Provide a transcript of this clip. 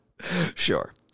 Sure